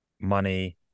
money